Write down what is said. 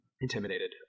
intimidated